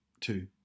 two